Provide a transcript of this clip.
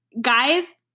Guys